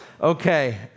Okay